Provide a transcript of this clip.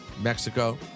Mexico